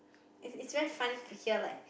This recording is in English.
it's it's very fun to hear like